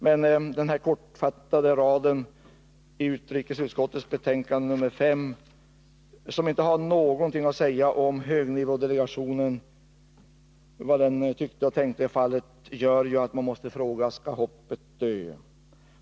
Men de kortfattade raderna i utrikesutskottets betänkande nr 5, där man inte har någonting att säga om vad högnivådelegationen tyckte och tänkte i fallet, gör att man måste fråga: Skall hoppet dö?